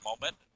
moment